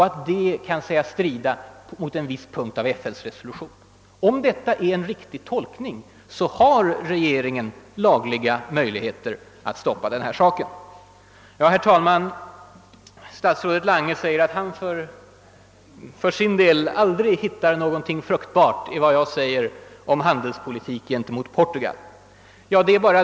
Det kan sägas strida mot en viss punkt i FN:s resolution. Om det är en riktig tolkning, har regeringen lagliga möjligheter att stoppa detta projekt. Handelsministern säger att han för sin del aldrig hittar något fruktbart i vad jag kräver beträffande handelspolitiken mot Portugal.